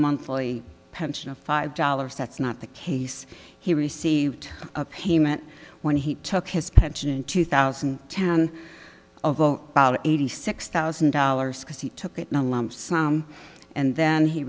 monthly pension of five dollars that's not the case he received a payment when he took his pension in two thousand and ten of zero eighty six thousand dollars because he took it in a lump sum and then he